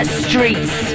streets